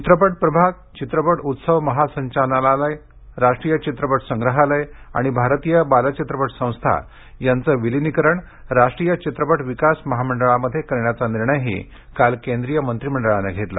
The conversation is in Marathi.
चित्रपट प्रभाग चित्रपट उत्सव महासंचालनालय राष्ट्रीय चित्रपट संग्रहालय आणि भारतीय बाल चित्रपट संस्था यांचे विलिनीकरण राष्ट्रीय चित्रपट विकास महामंडळामध्ये करण्याचा निर्णयही काल केंद्रिय मंत्रिमंडळाने घेतला